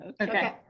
Okay